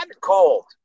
cold